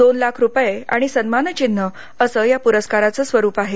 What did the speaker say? दोन लाख रुपये आणि सन्मान चिन्ह असं या पुरस्काराचं स्वरूप आहे